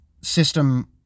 system